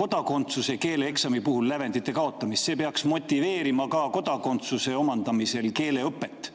kodakondsuse keeleeksami puhul lävendite kaotamist. See peaks motiveerima ka kodakondsuse omandamisel keeleõpet.